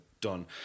done